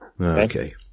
Okay